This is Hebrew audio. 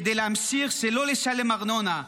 כדי להמשיך לא לשלם ארנונה,